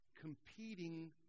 competing